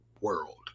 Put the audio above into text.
world